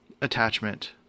attachment